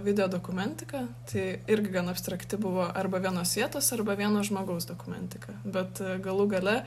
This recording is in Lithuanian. video dokumentiką tai irgi gan abstrakti buvo arba vienos vietos arba vieno žmogaus dokumentika bet galų gale